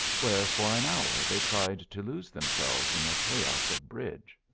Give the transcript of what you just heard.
where for an hour they tried to lose themselves in the chaos of bridge.